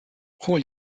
julio